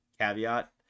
caveat